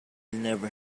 never